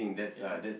ya